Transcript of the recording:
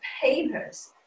papers